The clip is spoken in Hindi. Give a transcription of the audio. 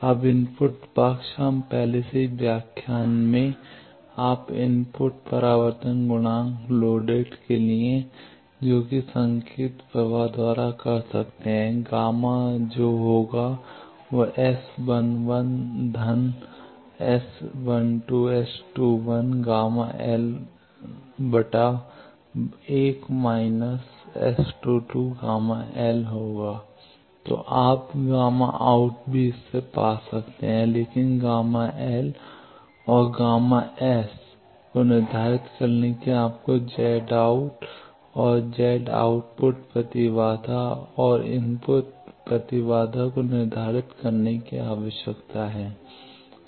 अब इनपुट पक्ष हम पहले से ही व्याख्यान में आप इनपुट परावर्तन गुणांक लोडेड के लिए जो कि संकेत प्रवाह द्वारा कर सकते हैं तो आप Γout भी इससे पा सकते हैं लेकिन Γ L और ΓS को निर्धारित करने के लिए आपको Z out और Z out आउटपुट प्रतिबाधा और इनपुट प्रतिबाधा निर्धारित करने की आवश्यकता है